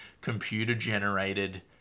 computer-generated